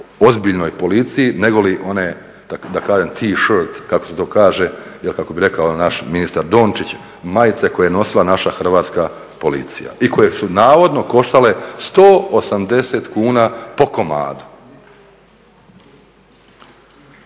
ozbiljnoj policiji nego li one da kažem T-shirt kako se to kaže, jer kako bi rekao naš ministar Dončić majice koje je nosila naša Hrvatska policija i koje su navodno koštale 180 kuna po komadu.